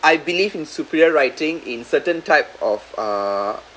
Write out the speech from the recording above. I believe in superior writing in certain type of uh